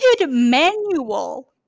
manual